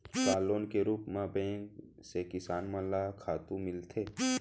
का लोन के रूप मा बैंक से किसान मन ला खातू मिलथे?